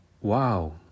wow